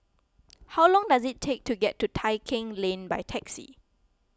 how long does it take to get to Tai Keng Lane by taxi